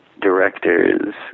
directors